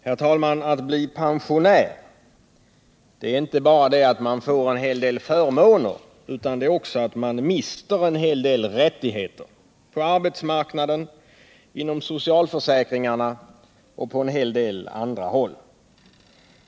Herr talman! Att bli pensionär innebär inte bara att få en hel del förmåner utan också att mista en hel del rättigheter, på arbetsmarknaden, inom socialförsäkringarna och på flera andra håll.